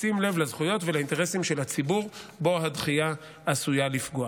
בשים לב לזכויות ולאינטרסים של הציבור שבו הדחייה עשויה לפגוע.